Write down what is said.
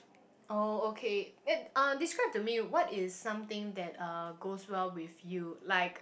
oh okay then uh describe to me what is something that uh goes well with you like